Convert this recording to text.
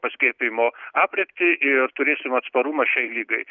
paskiepijimo aprėptį ir turėsim atsparumą šiai ligai